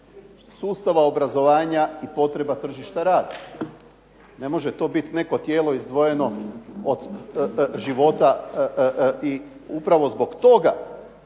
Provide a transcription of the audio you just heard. sustava obrazovanja i potreba tržišta rada. Ne može to biti neko tijelo izdvojeno od života. I upravo zbog toga